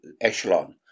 echelon